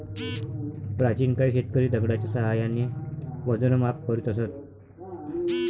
प्राचीन काळी शेतकरी दगडाच्या साहाय्याने वजन व माप करीत असत